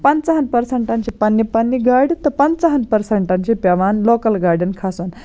پَنٛژَہَن پرسَنٹَن چھِ پَننہِ پَننہِ گاڑِ تہٕ پَنٛژَہَن پرسَنٹَن چھِ پیٚوان لوکَل گاڑٮ۪ن کھَسُن